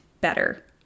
better